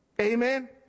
Amen